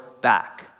back